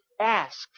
ask